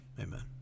Amen